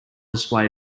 display